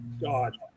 God